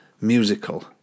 musical